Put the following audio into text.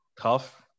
tough